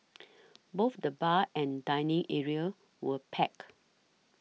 both the bar and dining areas were packed